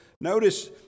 Notice